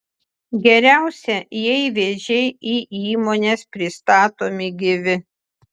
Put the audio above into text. geriausia jei vėžiai į įmones pristatomi gyvi